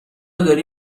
داری